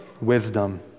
Wisdom